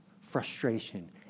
frustration